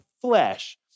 flesh